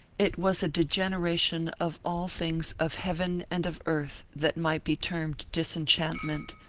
it was a degeneration of all things of heaven and of earth that might be termed disenchantment,